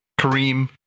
Kareem